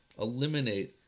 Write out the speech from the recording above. eliminate